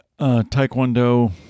Taekwondo